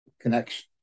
connection